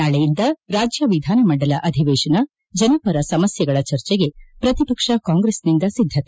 ನಾಳೆಯಿಂದ ರಾಜ್ಯ ವಿಧಾನಮಂಡಲ ಅಧಿವೇಶನ ಜನಪರ ಸಮಸ್ಯೆಗಳ ಚರ್ಚೆಗೆ ಪ್ರತಿಪಕ್ಷ ಕಾಂಗ್ರೆಸ್ನಿಂದ ಸಿದ್ದತೆ